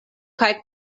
kaj